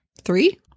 three